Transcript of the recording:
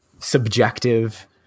subjective